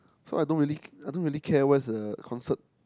so I don't really care I don't really care where's the concert